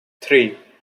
three